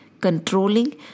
controlling